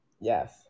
Yes